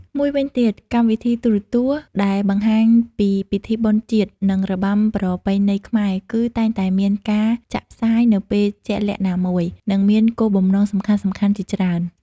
មួយវិញទៀត កម្មវិធីទូរទស្សន៍ដែលបង្ហាញពីពិធីបុណ្យជាតិ និងរបាំប្រពៃណីខ្មែរ គឺតែងតែមានការចាក់ផ្សាយនៅពេលជាក់លាក់ណាមួយ និងមានគោលបំណងសំខាន់ៗជាច្រើន។